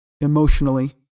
emotionally